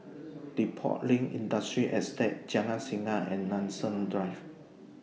Depot Lane Industrial Estate Jalan Singa and Nanson Drive